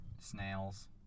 snails